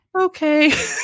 okay